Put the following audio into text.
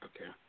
Okay